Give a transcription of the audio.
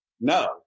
No